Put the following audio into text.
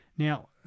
Now